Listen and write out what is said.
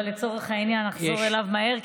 אבל לצורך העניין אחזור אליו מהר,